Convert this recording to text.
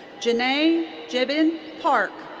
janae jibin park.